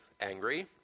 angry